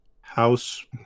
House